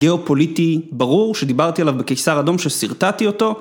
גאופוליטי ברור שדיברתי עליו בקיסר אדום ששרטטתי אותו.